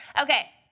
okay